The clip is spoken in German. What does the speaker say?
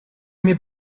mir